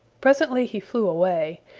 presently he flew away,